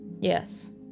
yes